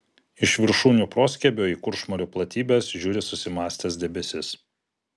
iš viršūnių proskiebio į kuršmarių platybes žiūri susimąstęs debesis